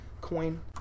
coin